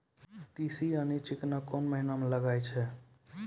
तीसी यानि चिकना कोन महिना म लगाय छै?